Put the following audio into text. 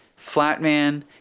Flatman